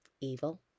evil